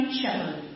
shepherd